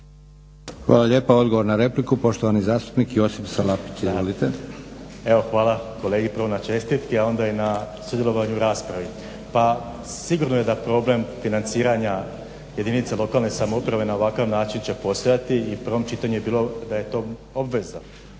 Hvala lijepa. Odgovor na repliku, poštovani zastupnik Josip Salapić. **Salapić, Josip (HDSSB)** Evo hvala kolegi prvo na čestitki, a onda i na sudjelovanju u raspravi. Pa sigurno je da problem financiranja jedinica lokalne samouprave na ovakav način će postojati i u prvom čitanju je bilo da je to obveza